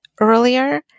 earlier